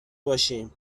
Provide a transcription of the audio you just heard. باشیم